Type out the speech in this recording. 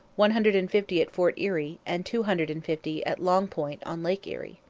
one hundred and fifty at fort erie, and two hundred and fifty at long point on lake erie.